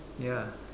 ya